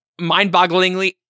mind-bogglingly